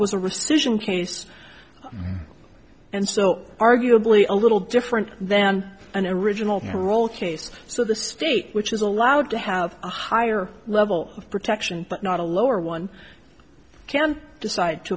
a rescission case and so arguably a little different then and original parole case so the state which is allowed to have a higher level of protection but not a lower one can decide to